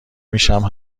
میشم